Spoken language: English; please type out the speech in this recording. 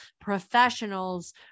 professionals